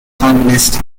communist